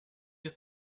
ist